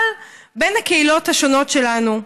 אבל בין הקהילות השונות שלנו.